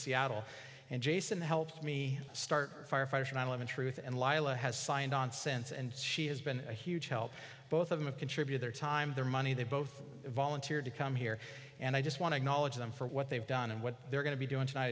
seattle and jason helped me start firefighters nine eleven truth and laila has signed on since and she has been a huge help both of them a contributor time their money they both volunteered to come here and i just want to acknowledge them for what they've done and what they're going to be doing tonight i